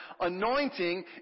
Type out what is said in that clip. anointing